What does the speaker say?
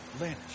Lynch